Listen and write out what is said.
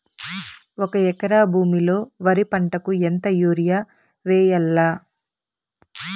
ఒక ఎకరా భూమిలో వరి పంటకు ఎంత యూరియ వేయల్లా?